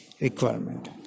requirement